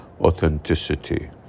authenticity